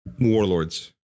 warlords